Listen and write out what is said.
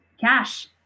cash